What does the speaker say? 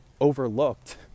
overlooked